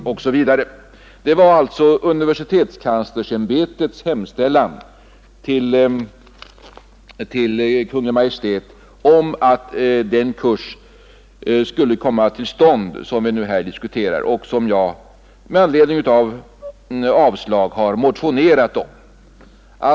Detta är alltså universitetskanslersämbetets hemställan till Kungl. Maj:t om att den kurs skulle komma till stånd som vi nu diskuterar och som jag med anledning av Kungl. Maj:ts avslag har motionerat om.